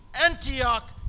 Antioch